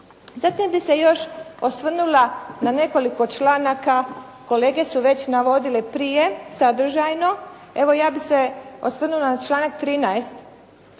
Zatim bih se još osvrnula na nekoliko članaka. Kolege su već navodile prije sadržajno. Evo ja bih se osvrnula na članak 13.